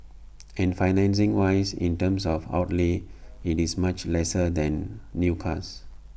and financing wise in terms of outlay IT is much lesser than new cars